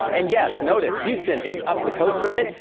and yes, notice houston is up the coast from it.